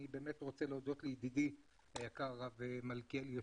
אני רוצה להודות לידידי היקר הרב מלכיאלי,